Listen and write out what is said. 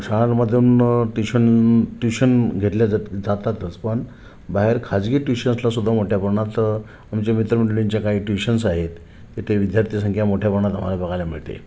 शाळांमधून tuition tuition घेतल्या जात जातातच पण बाहेर खाजगी ट्यूशन्सला सुद्धा मोठ्या प्रमाणात आमचे मित्रमंडळींच्या काही ट्यूशन्स आहेत तेथे विद्यार्थी संख्या मोठ्या प्रमाणात आम्हाला बघायला मिळते